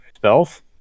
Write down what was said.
spells